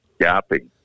gapping